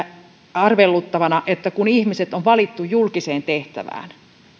arveluttavana että kun ihmiset on valittu julkiseen tehtävään